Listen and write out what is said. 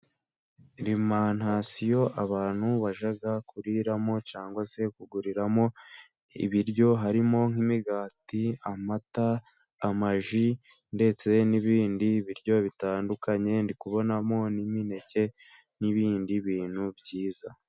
Inzu y'ubucuruzi abantu bajya kuriramo cyangwa se kuguriramo ibiryo harimo: nk'imigati ,amata, amaji ndetse n'ibindi biryo bitandukanye, ndi kubonamo n'imineke n'ibindi bintu byiza.